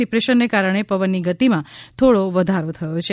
ડિપ્રેશનને કારણે પવનની ગતિમાં થોડી વધારો થયો છે